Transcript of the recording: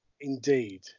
Indeed